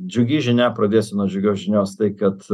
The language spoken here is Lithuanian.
džiugi žinia pradėsiu nuo džiugios žinios tai kad